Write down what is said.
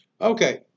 Okay